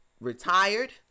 retired